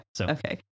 Okay